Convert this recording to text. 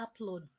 uploads